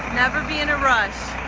never be in a rush.